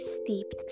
steeped